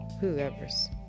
whoever's